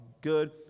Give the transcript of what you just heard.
good